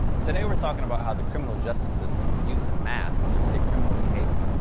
today we're talking about how the criminal justice system uses math to predict criminal behavior.